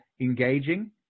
engaging